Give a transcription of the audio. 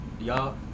Y'all